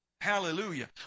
Hallelujah